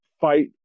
fight